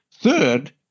Third